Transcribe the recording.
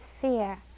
fear